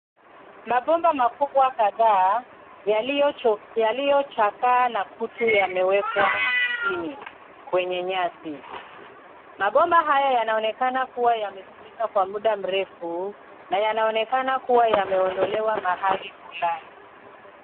Mabomba makubwa kadhaa yaliyochakaa na kutu yamewekwa chini kwenye nyasi. Mabomba haya yanaonekana kuwa yametumika kwa muda mrefu na yanaonekana kuwa yameondolewa mahali fulani.